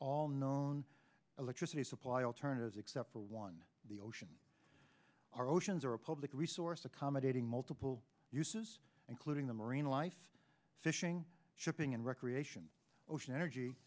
all known electricity supply alternatives except for one the ocean our oceans are a public resource accommodating multiple uses including the marine life fishing shipping and recreation ocean energy